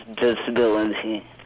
disability